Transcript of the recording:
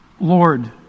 Lord